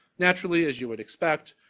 naturally, as you would expect,